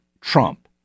Trump